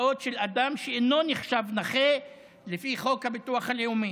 אדם שאינו נחשב נכה לפי חוק הביטוח הלאומי,